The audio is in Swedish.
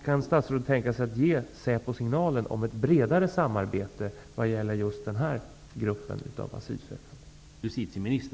Kan statsrådet tänka sig att ge Säpo signaler om ett bredare samarbete vad gäller just denna grupp av asylsökande?